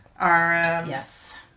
Yes